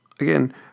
Again